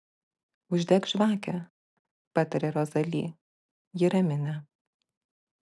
uždek žvakę pataria rozali ji ramina